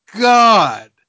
God